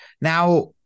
Now